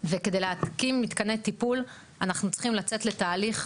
וכדי לעשות את זה, אנחנו צריכים לצאת לתהליך.